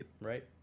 right